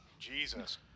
Jesus